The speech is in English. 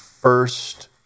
first